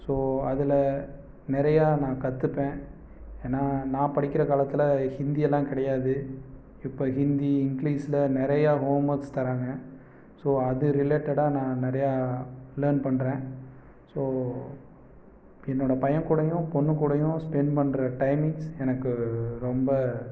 so அதில் நிறையா நான் கற்றுப்பேன் ஏனால் நான் படிக்கிற காலத்தில் ஹிந்தியெல்லாம் கிடையாது இப்போ ஹிந்தி இங்கிலீஸில் நிறையா ஹோம்ஒர்க்ஸ் தராங்க ஸோ அது ரிலேட்டடாக நான் நிறையா லேர்ன் பண்ணுறேன் ஸோ என்னோடய பையன் கூடயும் பொண்ணு கூடயும் ஸ்பெண்ட் பண்ணுற டைமிங்ஸ் எனக்கு ரொம்ப